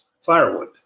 firewood